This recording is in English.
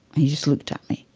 he just looked at me.